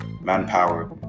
manpower